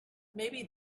maybe